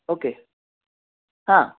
okay हां